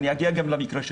אני אגיע גם למקרה שלו.